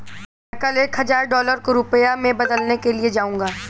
मैं कल एक हजार डॉलर को रुपया में बदलने के लिए जाऊंगा